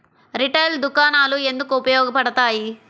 Retail దుకాణాలు ఎందుకు ఉపయోగ పడతాయి?